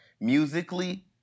musically